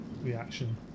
reaction